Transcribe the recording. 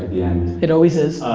yeah and it always is.